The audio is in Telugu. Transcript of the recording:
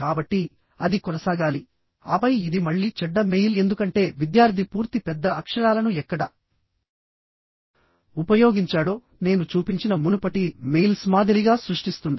కాబట్టి అది కొనసాగాలి ఆపై ఇది మళ్ళీ చెడ్డ మెయిల్ ఎందుకంటే విద్యార్థి పూర్తి పెద్ద అక్షరాలను ఎక్కడ ఉపయోగించాడో నేను చూపించిన మునుపటి మెయిల్స్ మాదిరిగా సృష్టిస్తుంది